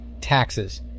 taxes